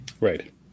Right